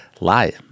lie